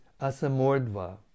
asamordva